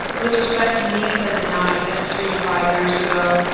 with respect to needs that did not exist three to five years ago,